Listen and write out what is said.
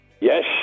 Yes